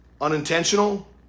unintentional